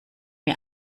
mir